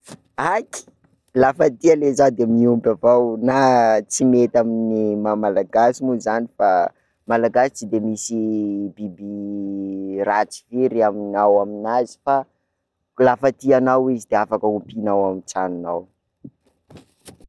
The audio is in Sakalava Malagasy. Haky! La fa tia ley zaho de miompy avao na tsy mety amin'ny maha-Malagasy moa zany fa, Malaagasy tsy de misy biby, ratsy firy ao amin'azy, la fa tianao izy de afaka ompianao ao amin'ny tranonao.